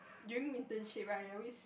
during internship right I always